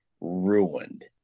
ruined